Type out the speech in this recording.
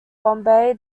bombay